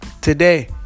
today